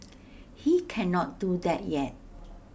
he cannot do that yet